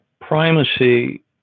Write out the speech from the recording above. primacy